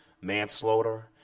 manslaughter